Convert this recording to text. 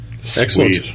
Excellent